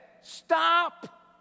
Stop